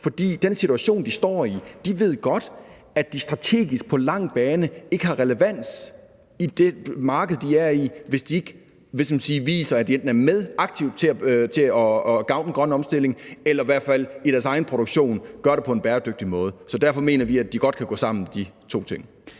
godt i den situation, de står i, at de strategisk på den lange bane ikke har relevans i det marked, de er i, hvis de ikke viser, at de enten aktivt er med til at gavne den grønne omstilling eller de i hvert fald i deres egen produktion gør det på en bæredygtig måde. Så derfor mener vi, at de to ting godt kan gå sammen. Kl.